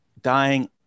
dying